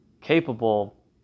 capable